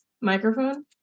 microphone